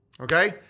Okay